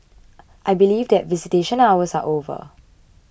I believe that visitation hours are over